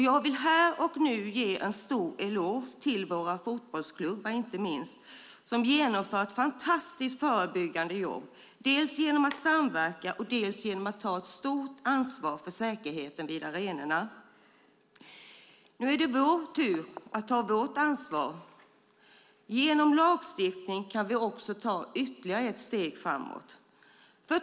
Jag vill här och nu ge en stor eloge till våra fotbollsklubbar som genomfört ett fantastiskt förebyggande jobb dels genom samverkan, dels genom att ta ett stort ansvar för säkerheten vid arenorna. Nu är det vår tur att ta vårt ansvar. Med hjälp av lagstiftning kan vi ta ytterligare ett steg framåt.